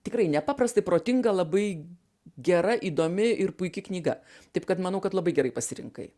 tikrai nepaprastai protinga labai gera įdomi ir puiki knyga taip kad manau kad labai gerai pasirinkai